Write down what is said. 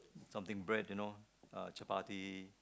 something break you know uh chapati